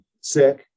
sick